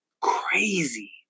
crazy